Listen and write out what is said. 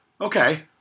Okay